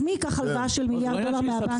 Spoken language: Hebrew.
אז מי ייקח הלוואה של מיליארד דולר מהבנק?